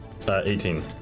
18